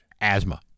Asthma